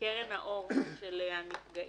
קרן האור של הנפגעים.